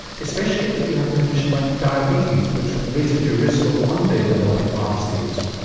especially if you have a condition like diabetes which raises your risk of one day developing heart disease.